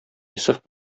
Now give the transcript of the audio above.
йосыф